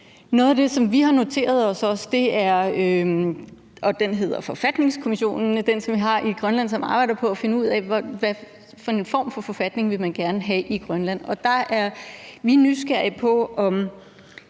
Noget af det, som vi også har noteret os, er den Forfatningskommission, man har i Grønland, som arbejder på at finde ud af, hvilken form for forfatning man gerne vil have i Grønland. Og der er vi nysgerrige på at